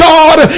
God